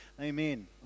Amen